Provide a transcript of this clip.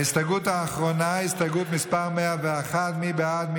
ההסתייגות האחרונה, הסתייגות 101, מי בעד?